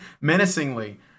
menacingly